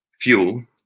Fuel